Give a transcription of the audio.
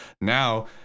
Now